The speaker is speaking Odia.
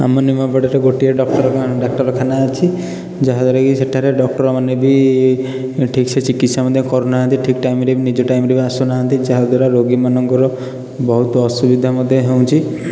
ଆମ ନିମାପଡ଼ାରେ ଗୋଟିଏ ଡାକ୍ତରଖାନା ଡାକ୍ତରଖାନା ଅଛି ଯାହା ଦ୍ୱାରା କି ସେଠାରେ ଡକ୍ଟରମାନେ ବି ଠିକ୍ ସେ ଚିକିତ୍ସା ମଧ୍ୟ କରୁନାହାଁନ୍ତି ଠିକ୍ ଟାଇମ୍ରେ ନିଜ ଟାଇମ୍ରେ ବି ଆସୁନାହାଁନ୍ତି ଯାହା ଦ୍ୱାରା ରୋଗୀମାନଙ୍କର ବହୁତ ଅସୁବିଧା ମଧ୍ୟ ହେଉଛି